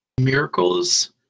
miracles